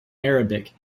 arabic